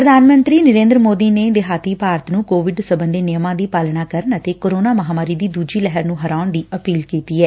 ਪ੍ਰਧਾਨ ਮੰਤਰੀ ਨਰੇ'ਦਰ ਮੋਦੀ ਨੇ ਦੇਹਾਤੀ ਭਾਰਤ ਨੂੰ ਕੋਵਿਡ ਸਬੰਧੀ ਨਿਯਮਾਂ ਦੀ ਪਾਲਣਾ ਕਰਨ ਅਤੇ ਕੋਰੋਨਾ ਮਹਾਂਮਾਰੀ ਦੀ ਦੂਜੀ ਲਹਿਰ ਨੂੰ ਹਰਾਉਣ ਦੀ ਅਪੀਲ ਕੀਤੀ ਐ